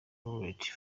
laurent